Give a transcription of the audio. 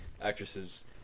actresses